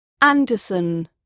Anderson